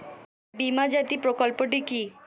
বীমা জ্যোতি প্রকল্পটি কি?